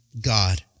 God